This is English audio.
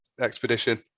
expedition